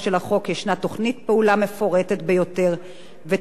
וישנה תוכנית פעולה מפורטת ביותר ותקציבים,